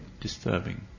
disturbing